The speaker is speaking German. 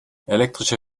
elektrische